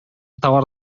товар